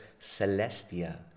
Celestia